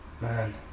Man